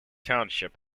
township